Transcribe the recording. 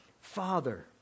Father